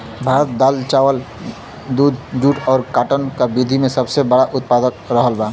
भारत दाल चावल दूध जूट और काटन का विश्व में सबसे बड़ा उतपादक रहल बा